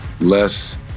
less